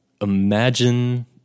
Imagine